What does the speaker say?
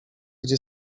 gdzie